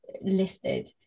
listed